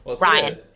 ryan